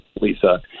Lisa